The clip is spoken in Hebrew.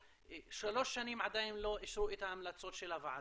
שלוש שנים עדיין לא אישרו את ההמלצות של הוועדה.